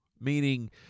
meaning